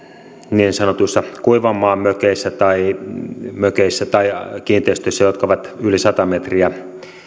niin sanotuissa kuivanmaan mökeissä tai mökeissä tai kiinteistöissä jotka ovat yli sata metriä